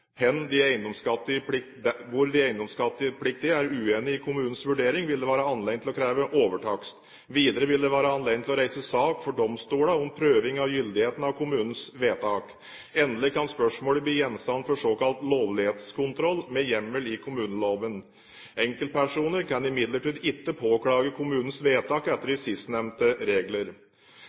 hvor de eiendomsskattepliktige er uenig i kommunens vurdering, vil det være anledning til å kreve overtakst. Videre vil det være anledning til å reise sak for domstolene om prøving av gyldigheten av kommunens vedtak. Endelig kan spørsmålet bli gjenstand for såkalt lovlighetskontroll med hjemmel i kommuneloven. Enkeltpersoner kan imidlertid ikke påklage kommunens vedtak etter